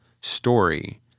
story